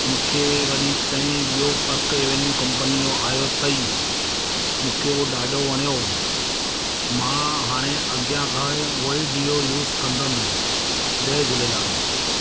मूंखे वरी चईं ॿियों पर्क एवन्यू कम्पनीअ यो आहियो अथई मूंखे उहो ॾाढो वणियो मां हाणे अॻियां खां उहो ई डियो यूस कंदुमि जय झूलेलाल